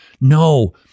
No